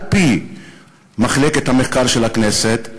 על-פי מחלקת המחקר של הכנסת,